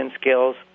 skills